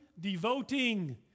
devoting